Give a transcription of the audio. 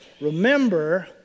remember